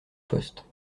poste